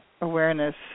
awareness